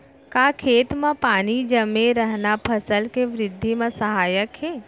का खेत म पानी जमे रहना फसल के वृद्धि म सहायक हे?